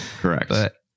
Correct